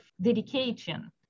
dedication